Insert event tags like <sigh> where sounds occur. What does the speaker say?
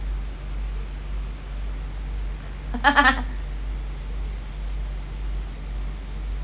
<laughs>